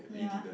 yeah